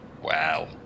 Wow